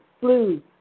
flu